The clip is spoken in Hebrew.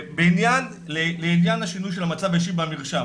לעניין של שינוי של המצב האישי במרשם,